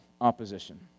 Opposition